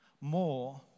more